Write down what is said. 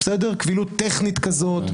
קבילות טכנית כזאת,